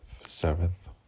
seventh